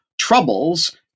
troubles